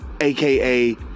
aka